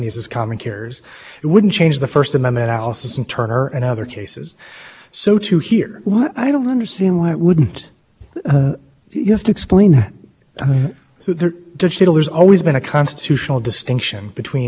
could be but the commission is taking away that discretion that they inherently have because they're transmitting mass communications communications and in for the commission says i think at least it's brief and perhaps in the order that if and i speak comes along and